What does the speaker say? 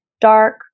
dark